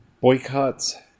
Boycotts